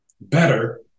better